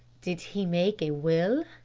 did he make a will?